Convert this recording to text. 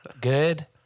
good